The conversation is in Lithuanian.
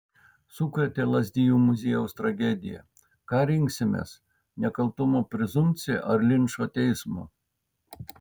sukrėtė lazdijų muziejaus tragedija ką rinksimės nekaltumo prezumpciją ar linčo teismą